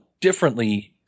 differently